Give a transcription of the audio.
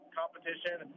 competition